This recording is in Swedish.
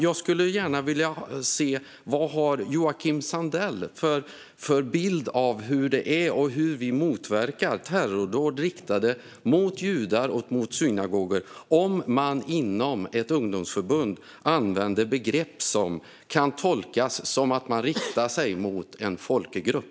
Jag skulle gärna vilja höra vilken bild Joakim Sandell har av hur det är och hur vi motverkar terrordåd riktade mot judar och mot synagogor om man inom ett ungdomsförbund använder begrepp som kan tolkas som att man riktar sig mot en folkgrupp.